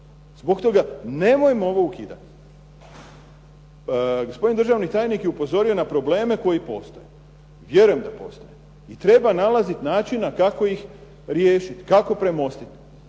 Zbog toga nemojmo ovo ukidati. Gospodin državni tajnik je upozorio na probleme koji postoje. Vjerujem da postoje i treba nalazit načina kako ih riješit, kako premostit